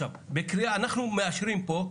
עכשיו אני מבין איך הם מתכוננים לעשות הכנסות